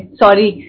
sorry